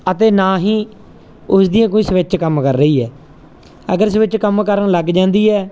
ਅਤੇ ਨਾ ਹੀ ਉਸ ਦੀਆਂ ਕੋਈ ਸਵਿਚ ਕੰਮ ਕਰ ਰਹੀ ਹੈ ਅਗਰ ਸਵਿਚ ਕੰਮ ਕਰਨ ਲੱਗ ਜਾਂਦੀ ਹੈ